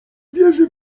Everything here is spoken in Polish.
wierzy